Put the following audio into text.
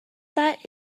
that